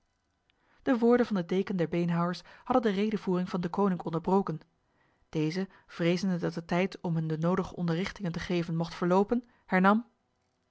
de woorden van de deken der beenhouwers hadden de redevoering van deconinck onderbroken deze vrezende dat de tijd om hun de nodige onderrichtingen te geven mocht verlopen